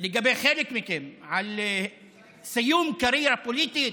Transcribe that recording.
לגבי חלק מכם, על סיום קריירה פוליטית?